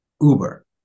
Uber